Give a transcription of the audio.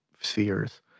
spheres